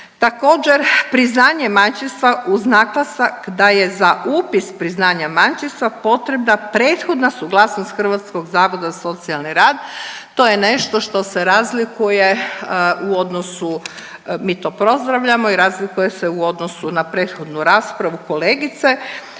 Također priznanje majčinstva uz naglasak da je za upis priznanja majčinstva potrebna prethodna suglasnost Hrvatskog zavoda za socijalni rad. To je nešto što se razlikuje u odnosu mi to pozdravljamo i razlikuje se u odnosu na prethodnu raspravu kolegice